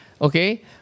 okay